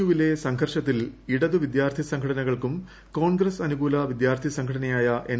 U വിലെ സംഘർഷത്തിൽ ഇടതു വിദ്യാർത്ഥി സംഘടനകൾക്കും കോൺഗ്രസ്റ്റ് അനുകൂല വിദ്യാർത്ഥി സംഘടനയായ എൻ